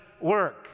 work